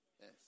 Yes